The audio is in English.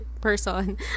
person